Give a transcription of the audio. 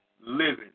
living